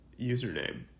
username